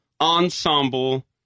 ensemble